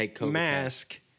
mask